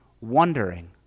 wondering